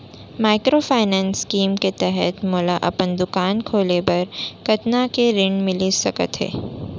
Microfinance scheme के तहत मोला अपन दुकान खोले बर कतना तक के ऋण मिलिस सकत हे?